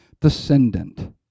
descendant